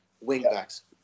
wing-backs